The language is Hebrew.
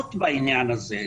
לטעות בעניין הזה,